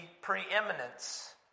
preeminence